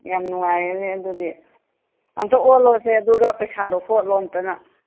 ꯌꯥꯝꯅ ꯅꯨꯉꯥꯏꯔꯦꯅꯦ ꯑꯗꯨꯗꯤ ꯑꯝꯇ ꯑꯣꯜꯂꯣꯁꯦ ꯑꯗꯨꯒ ꯄꯩꯁꯥꯗꯣ ꯍꯣꯠꯂꯣ ꯑꯝꯇ ꯅꯪ